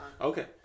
Okay